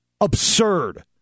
absurd